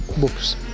books